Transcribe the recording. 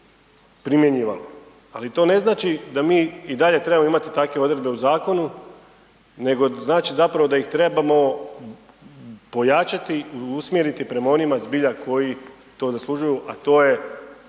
primjenjivalo, ali to ne znači da mi i dalje trebamo imati takve odredbe u zakonu, nego znači zapravo da ih trebamo pojačati i usmjeriti prema onima zbilja koji to zaslužuju, a to je